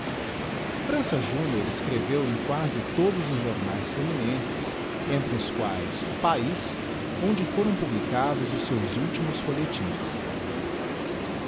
frança júnior escreveu em quasi todos os jomaes fluminenses entre os quaes o paiay onde foram publicados os seus últimos follietins